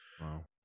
Wow